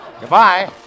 Goodbye